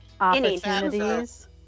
opportunities